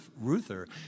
Ruther